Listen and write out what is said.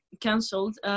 cancelled